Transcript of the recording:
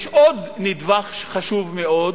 יש עוד נדבך חשוב מאוד,